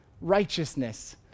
righteousness